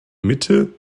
mitte